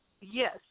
Yes